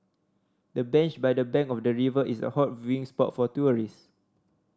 the bench by the bank of the river is a hot viewing spot for tourists